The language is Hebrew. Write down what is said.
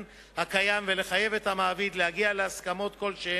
הקיים ולחייב את המעביד להגיע להסכמות כלשהן.